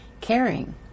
caring